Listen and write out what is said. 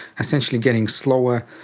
essentially getting slower,